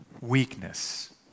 weakness